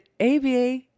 ABA